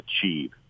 achieve